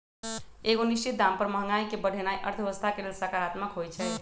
एगो निश्चित दाम पर महंगाई के बढ़ेनाइ अर्थव्यवस्था के लेल सकारात्मक होइ छइ